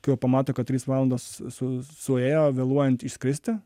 kai jau pamato kad trys valandos su suėjo vėluojant išskristi